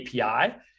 API